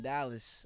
Dallas